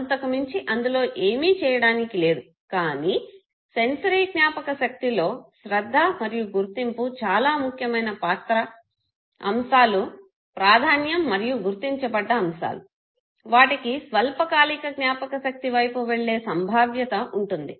అంతకు మించి అందులో ఏమి చేయడానికి లేదు కానీ సెన్సరీ జ్ఞాపక శక్తిలో శ్రద్ధ మరియు గుర్తింపు చాలా ముఖ్యమైన పాత్ర అంశాలు ప్రాధాన్యం మరియు గుర్తించబడ్డ అంశాలు వాటికి స్వల్ప కాలిక జ్ఞాపకశక్తి వైపు వెళ్లే సంభావ్యత ఉంటుంది